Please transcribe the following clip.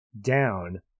down